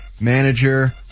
manager